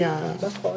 נכון.